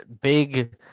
big